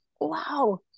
wow